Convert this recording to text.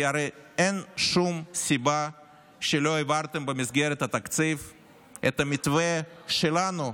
כי הרי אין שום סיבה שלא העברתם במסגרת התקציב את המתווה שלנו,